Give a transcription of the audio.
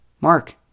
Mark